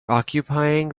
occupying